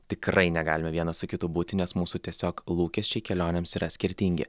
tikrai negalime vienas su kitu būti nes mūsų tiesiog lūkesčiai kelionėms yra skirtingi